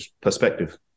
perspective